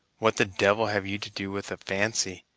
what the devil have you to do with a fancy,